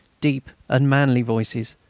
deep and manly voices,